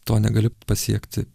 to negali pasiekti